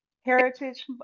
Heritage